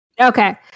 okay